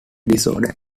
disorder